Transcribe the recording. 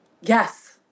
Yes